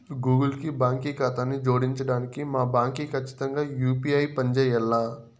Google కి బాంకీ కాతాను జోడించడానికి మా బాంకీ కచ్చితంగా యూ.పీ.ఐ పంజేయాల్ల